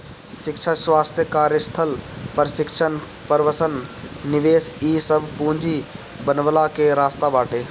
शिक्षा, स्वास्थ्य, कार्यस्थल प्रशिक्षण, प्रवसन निवेश इ सब पूंजी बनवला के रास्ता बाटे